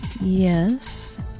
Yes